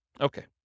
Okay